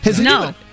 No